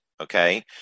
okay